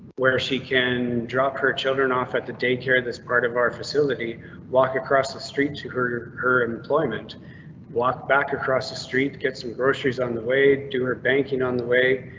where she can drop her children off at the daycare. this part of our facility walk across the street to her. her her employment walked back across the street. get some groceries on the way, do her banking on the way.